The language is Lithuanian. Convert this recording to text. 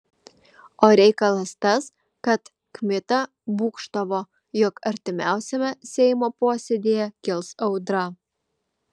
o reikalas tas kad kmita būgštavo jog artimiausiame seimo posėdyje kils audra